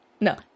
No